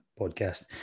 podcast